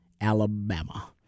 Alabama